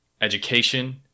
education